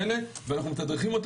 הזה